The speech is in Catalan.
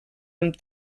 amb